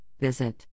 visit